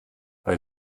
bei